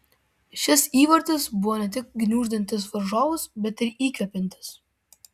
šis įvartis buvo ne tik gniuždantis varžovus bet ir įkvepiantis